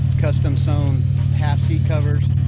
custom sewn half seat covers